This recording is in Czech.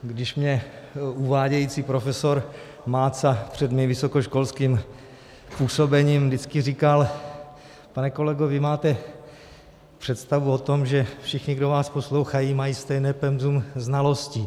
Když mě uvádějící profesor Máca před mým vysokoškolským působením vždycky říkal, pane kolego, vy máte představu o tom, že všichni, kdo vás poslouchají, mají stejné penzum znalostí.